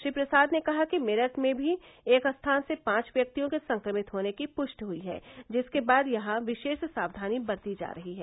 श्री प्रसाद ने कहा कि मेरठ में भी एक स्थान से पांच व्यक्तियों के संक्रमित होने की पुष्टि हुई है जिसके बाद यहां विशेष सावधानी बरती जा रही है